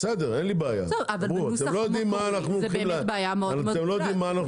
זאת בעיה מאוד מאוד גדולה.